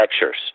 lectures